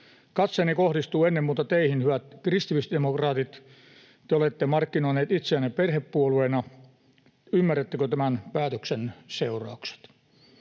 Katseeni kohdistuu ennen muuta teihin, hyvät kristillisdemokraatit. Te olette markkinoineet itseänne perhepuolueena. Ymmärrättekö tämän päätöksen seuraukset?